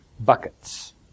buckets